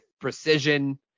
precision